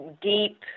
deep